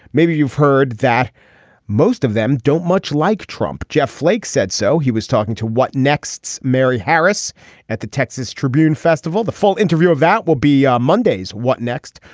maybe you've heard that most of them don't much like trump. jeff flake said so he was talking to what next. mary harris at the texas tribune festival the full interview of that will be ah mondays. what next.